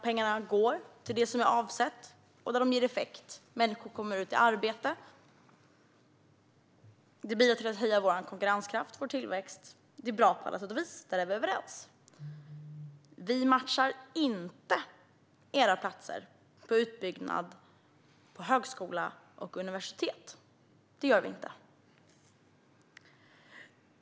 Pengarna går till det som är avsett och där de ger effekt. Människor kommer ut i arbete. Det bidrar till att öka vår konkurrenskraft och tillväxt. Det är bra på alla sätt och vis. Där är vi överens. Vi matchar inte ert förslag om utbyggnad av platser på högskola och universitet.